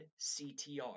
CTR